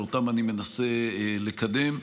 ואותם אני מנסה לקדם.